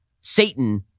Satan